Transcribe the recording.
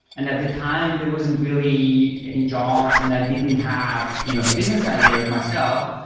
and at the time, there wasn't really any jobs and i didn't have you know a business idea myself.